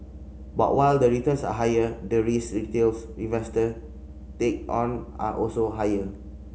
but while the returns are higher the risk retails investor take on are also higher